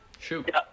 Shoot